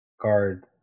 guard